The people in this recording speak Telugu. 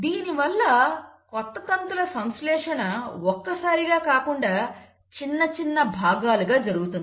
దీనివల్ల కొత్త తంతుల సంశ్లేషణ ఒక్కసారిగా కాకుండా చిన్న చిన్న భాగాలుగా జరుగుతుంది